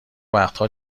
وقتها